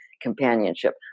Companionship